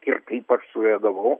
ir kaip aš sureagavau